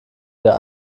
der